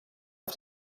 auf